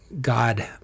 god